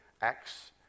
Acts